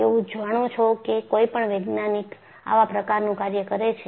એવું જાણો છો કે કોઈપણ વૈજ્ઞાનિક આવા પ્રકારનું કાર્ય કરે છે